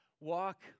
walk